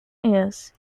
ears